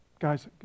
Guys